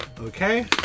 Okay